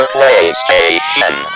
PlayStation